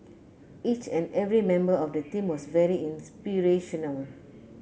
each and every member of the team was very inspirational